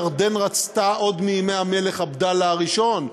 ירדן רצתה עוד מימי המלך עבדאללה הראשון,